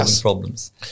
problems